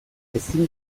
ezin